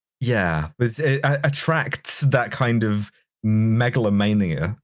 yeah. it attracts that kind of megalomania,